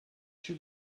she